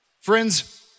Friends